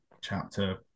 chapter